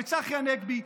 וצחי הנגבי,